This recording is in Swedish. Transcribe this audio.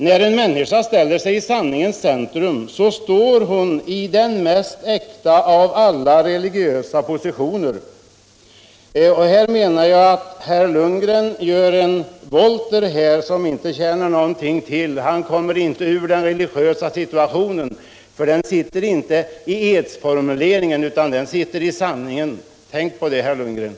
När en människa ställer sig i sanningens centrum så står hon i den mest äkta av alla religiösa positioner. Här menar jag att herr Lundgren gör en volt som inte tjänar någonting till. Han kommer inte ur den religiösa situationen, för den sitter inte i edsformuleringen, utan i sanningen. Tänk på det, herr Lundgren!